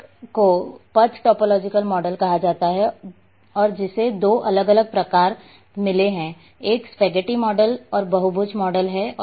एक को पथ टोपोलॉजिकल मॉडल कहा जाता है और जिसे दो अलग अलग प्रकार मिले हैं एक स्पेगेटी मॉडल और बहुभुज मॉडल है